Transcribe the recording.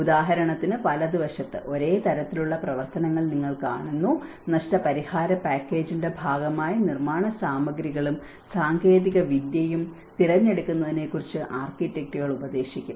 ഉദാഹരണത്തിന് വലതുവശത്ത് ഒരേ തരത്തിലുള്ള പ്രവർത്തനങ്ങൾ നിങ്ങൾ കാണുന്നു നഷ്ടപരിഹാര പാക്കേജിന്റെ ഭാഗമായ നിർമ്മാണ സാമഗ്രികളും സാങ്കേതികവിദ്യയും തിരഞ്ഞെടുക്കുന്നതിനെക്കുറിച്ച് ആർക്കിടെക്റ്റുകൾ ഉപദേശിക്കും